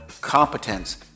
competence